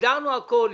סידרנו הכול,